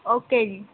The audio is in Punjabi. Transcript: ਓਕੇ ਜੀ